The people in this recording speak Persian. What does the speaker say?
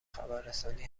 خبررسانی